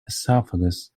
esophagus